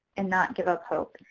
and not give up hope.